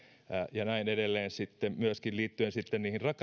ja näin on edelleen myöskin liittyen niihin